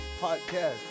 podcast